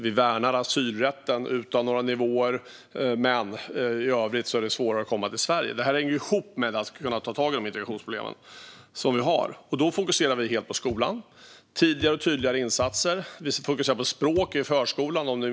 Vi värnar också asylrätten utan några nivåer, men i övrigt är det svårare att komma till Sverige. Detta hänger ihop med att ta tag i de integrationsproblem vi har. Där fokuserar vi helt på skolan, med tidigare och tydligare insatser, och vi fokuserar på språk i förskolan.